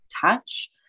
touch